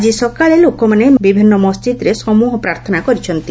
ଆଜିସକାଳେ ଲୋକମାନେ ବିଭିନ୍ନ ମସ୍ଜିଦ୍ରେ ସମ୍ବହ ପ୍ରାର୍ଥନା କରିଛନ୍ତି